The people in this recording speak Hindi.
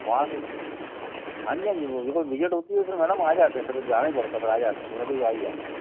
वहाँ से ही हाँ जी हाँ जी देखो विजिट होती है तो फिर मैडम आ जाते हैं फिर जाना ही पड़ता है फिर आ जाते हैं कोई ना कोई आ ही जाता है